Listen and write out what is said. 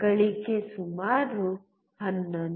ಗಳಿಕೆ ಸುಮಾರು 11